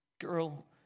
girl